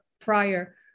prior